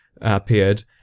appeared